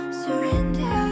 surrender